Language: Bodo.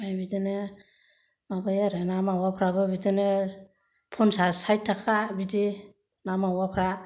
आमफाय बिदिनो माबायो आरोना माबाफ्राबो बिदिनो पनसास साइति थाखा बिदि ना मावाफ्रा